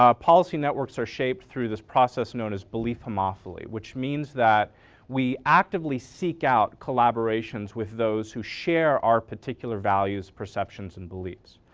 policy networks are shaped through this process known as belief homophily, which means that we actively seek out collaborations with those who share our particular values, perceptions and beliefs.